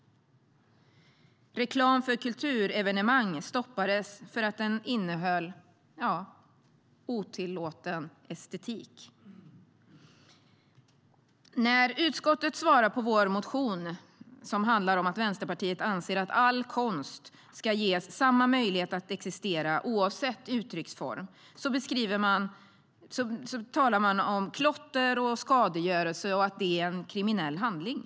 Reklam för kulturevenemang stoppades för att den innehöll, ja, otillåten estetik. I utskottets svar på vår motion, som handlar om att Vänsterpartiet anser att all konst ska ges samma möjlighet att existera oavsett uttrycksform, skriver man om klotter och skadegörelse och att det är en kriminell handling.